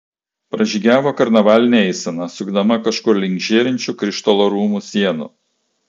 pražygiavo karnavalinė eisena sukdama kažkur link žėrinčių krištolo rūmų sienų